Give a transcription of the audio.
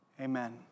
Amen